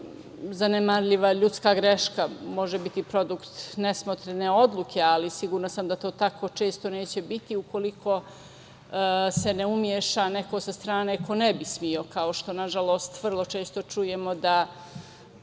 zanemarljiva ljudska greška, može biti produkt nesmotrene odluke, ali sigurna sam do to tako često neće biti ukoliko se ne umeša neko sa strane ko ne bi smeo. Kao što nažalost vrlo često čujemo da